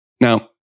Now